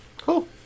Cool